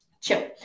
Chill